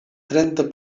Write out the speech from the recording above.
trenta